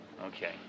Okay